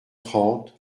trente